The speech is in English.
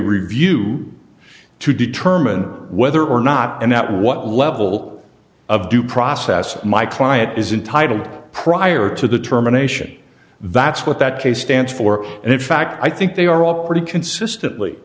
review to determine whether or not and at what level of due process my client is intitled prior to the terminations that's what that case stands for and in fact i think they are all pretty consistently